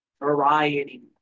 variety